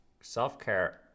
Self-care